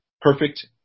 perfect